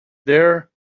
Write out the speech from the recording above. there